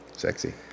Sexy